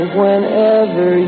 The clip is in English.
whenever